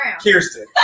Kirsten